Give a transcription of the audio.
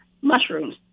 mushrooms